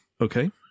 Okay